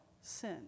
sin